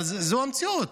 אבל זו המציאות.